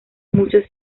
muchos